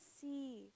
see